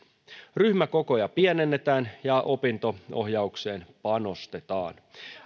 ryhmäkokoja pienennetään ja opinto ohjaukseen panostetaan